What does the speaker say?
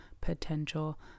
potential